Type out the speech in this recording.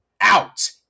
out